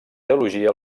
teologia